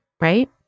right